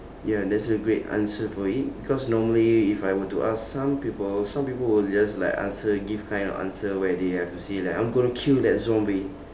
ya that's a great answer for it because normally if I were to ask some people some people will just like answer give kind of answer where they have to say like I'm gonna kill that zombie